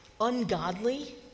ungodly